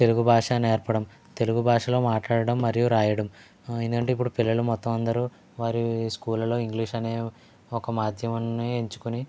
తెలుగు భాష నేర్పటం తెలుగుభాషలో మాట్లాడడం మరియు రాయడం ఆ ఏంటంటే ఇప్పుడు పిల్లలు మొత్తం అందరు వాళ్ళ స్కూళ్లల్లో ఇంగ్లీష్ అనే ఒక మాధ్యమాన్ని ఎంచుకొని